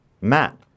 Matt